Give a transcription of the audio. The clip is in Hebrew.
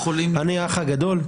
אני "האח הגדול"?